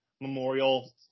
Memorial